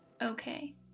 okay